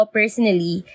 personally